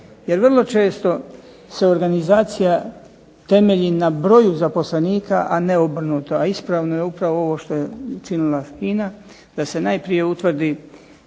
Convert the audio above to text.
jer vrlo često se organizacija temelji na broju zaposlenika, a ne obrnuto. A ispravo je upravo ovo što je učinila FINA da se najprije utvrdi